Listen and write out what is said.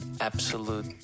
absolute